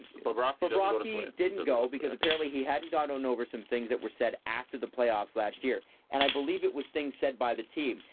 bobrovsky bobrovsky didn't go, because apparently he hadn't gotten over some things that were said after the playoffs last year and i believe it was things said by the team.